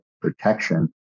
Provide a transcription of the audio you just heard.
protection